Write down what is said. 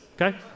okay